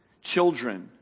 children